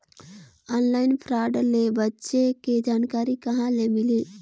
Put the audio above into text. Online fraud ले बचे के जानकारी कहां ले मिलही?